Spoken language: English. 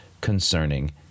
concerning